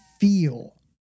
feel